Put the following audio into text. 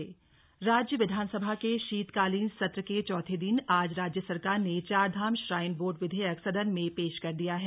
विधानसभा सत्र राज्य विधानसभा के शीतकालीन सत्र के चौथे दिन आज राज्य सरकार ने चारधाम श्राइन बोर्ड विधेयक सदन में पेश कर दिया है